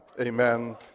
amen